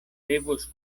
devos